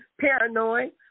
paranoid